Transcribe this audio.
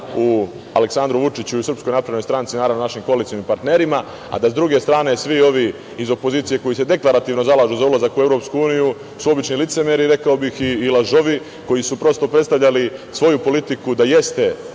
u Aleksandru Vučiću i u SNS, naravno našim koalicionim partnerima, a da sa druge strane svi ovi iz opozicije koji se deklarativno zalažu za ulazak u EU su obični licemeri, rekao bih i lažovi koji su prosto predstavljali svoju politiku da jeste